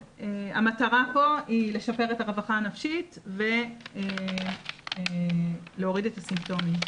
המטרה פה היא לשפר את הרווחה הנפשית ולהוריד את הסימפטומים.